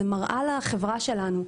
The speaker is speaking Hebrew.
זו מראה לחברה שלנו.